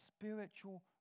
spiritual